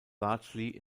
largely